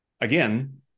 again